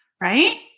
right